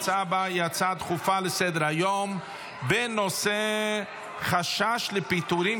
ההצעה הבאה היא הצעה דחופה לסדר-היום בנושא: חשש לפיטורים